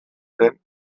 lehen